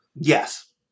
Yes